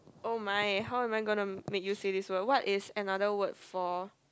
oh my how am I gonna make you say this word what is another word for